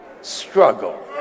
struggle